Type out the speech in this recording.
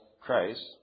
Christ